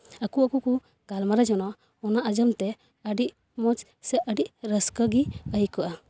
ᱟᱠᱚ ᱟᱠᱚ ᱠᱚ ᱜᱟᱞᱢᱟᱨᱟᱣ ᱡᱚᱱᱟᱜᱼᱟ ᱚᱱᱟ ᱟᱸᱡᱚᱢ ᱛᱮ ᱟᱹᱰᱤ ᱢᱚᱡᱽ ᱥᱮ ᱟᱹᱰᱤ ᱨᱟᱹᱥᱠᱟᱹ ᱜᱮ ᱟᱹᱭᱠᱟᱹᱜᱼᱟ